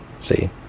See